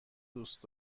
دوست